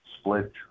split